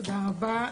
תודה רבה.